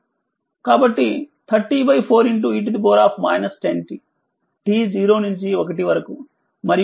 కాబట్టి 304 e 10t t 0 నుంచి 1 వరకుమరియుi1 2